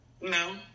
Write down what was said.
No